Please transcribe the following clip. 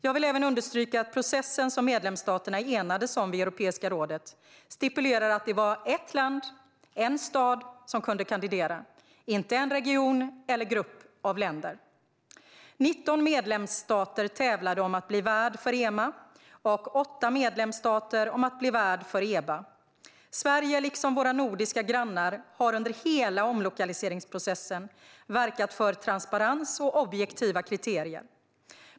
Jag vill även understryka att processen som medlemsstaterna enades om vid Europeiska rådet stipulerar att det var ett land och en stad som kunde kandidera, inte en region eller en grupp av länder. 19 medlemsstater tävlade om att bli värd för EMA och 8 medlemsstater om att bli värd för EBA. Sverige, liksom våra nordiska grannar, har under hela omlokaliseringsprocessen verkat för transparens och objektiva kriterier.